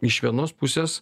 iš vienos pusės